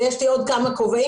ויש לי עוד כמה כובעים,